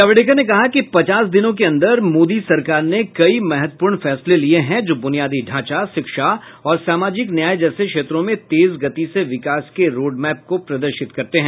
जावड़ेकर ने कहा कि पचास दिनों के अन्दर मोदी सरकार ने कई महत्वपूर्ण फैसले लिये हैं जो बुनियादी ढांचा शिक्षा और सामाजिक न्याय जैसे क्षेत्रों में तेज गति से विकास के रोडमैप को प्रदर्शित करते हैं